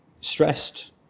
stressed